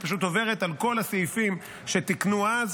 היא פשוט עוברת על כל הסעיפים שתיקנו אותם,